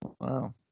Wow